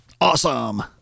Awesome